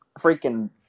freaking